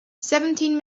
seventeen